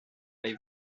les